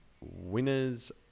Winners